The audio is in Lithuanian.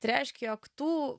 tai reiškia jog tų